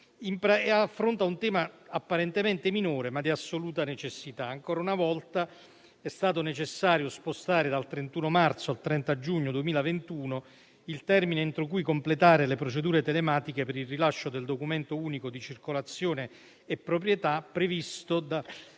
che affronta un tema apparentemente minore, ma di assoluta necessità. Ancora una volta è stato necessario spostare dal 31 marzo al 30 giugno 2021 il termine entro cui completare le procedure telematiche per il rilascio del documento unico di circolazione e proprietà previsto da